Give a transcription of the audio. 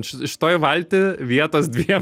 šitoj valtį vietos dviem